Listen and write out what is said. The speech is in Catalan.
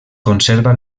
conserva